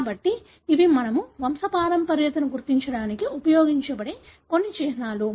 కాబట్టి ఇవి మనము వంశపారంపర్యతను గుర్తించడానికి ఉపయోగించే కొన్ని చిహ్నాలు